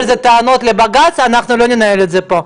אבל אלה טענות לבג"ץ ואנחנו לא ננהל את זה פה.